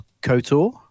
Kotor